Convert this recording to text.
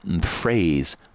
phrase